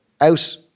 out